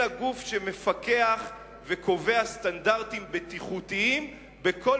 אלא גוף שמפקח וקובע סטנדרטים בטיחותיים בכל